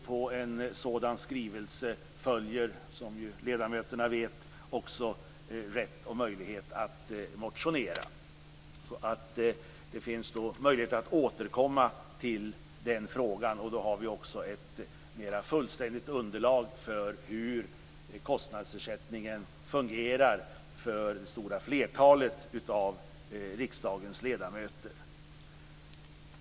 På en sådan skrivelse följer, som ju ledamöterna vet, också rätt och möjlighet att motionera. Det finns alltså möjlighet att återkomma till den frågan, och då har vi också ett mera fullständigt underlag för hur kostnadsersättningen fungerar för det stora flertalet av riksdagens ledamöter.